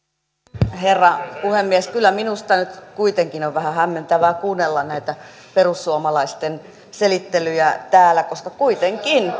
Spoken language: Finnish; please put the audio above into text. arvoisa herra puhemies kyllä minusta nyt kuitenkin on vähän hämmentävää kuunnella näitä perussuomalaisten selittelyjä täällä koska kuitenkin